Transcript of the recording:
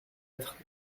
être